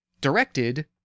directed